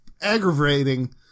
aggravating